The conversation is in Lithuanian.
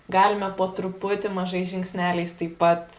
galime po truputį mažais žingsneliais taip pat